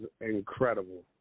incredible